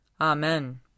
Amen